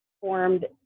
formed